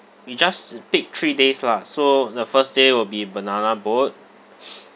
we just pick three days lah so the first day will be banana boat